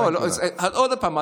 עוד פעם,